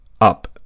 up